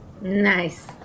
Nice